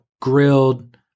grilled